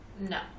no